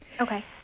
Okay